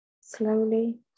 slowly